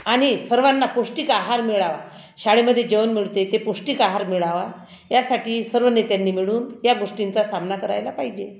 आणि सर्वांना पौष्टिक आहार मिळावा शाळेमध्ये जेवण मिळते ते पौष्टिक आहार मिळावा यासाठी सर्व नेत्यांनी मिळून या गोष्टींचा सामना करायला पाहिजे